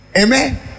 Amen